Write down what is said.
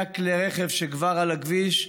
100 כלי רכב כבר על הכביש.